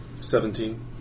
Seventeen